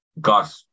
got